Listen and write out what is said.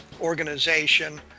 organization